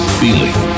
feeling